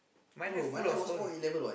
my life full of stories